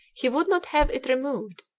he would not have it removed,